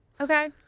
Okay